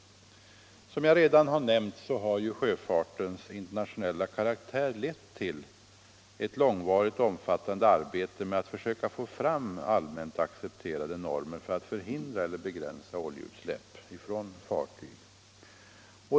Som jag tidigare har nämnt har sjöfartens internationella karaktär lett till ett långvarigt och omfattande arbete med att försöka få fram allmänt accepterade normer för att kunna förhindra eller begränsa oljeutsläpp från fartyg.